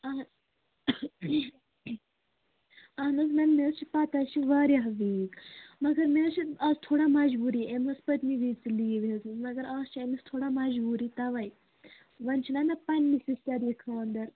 اَہَن میم مےٚ حظ چھِ پتہ یہِ چھِ واریاہ ویٖک مگر مےٚ حظ چھِ آز تھوڑا مجبوٗری أمۍ ٲسۍ پٔتۍمہِ وِزِ تہِ لیٖو ہیژمٕژ مگر آز چھِ أمِس تھوڑا مجبوٗری تَوَے وۄنۍ چھِنا مےٚ پَنٛنہِ سِسٹَرِ یہِ خانٛدر